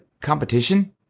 competition